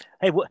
hey